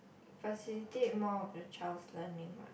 facilitate more of the child's learning what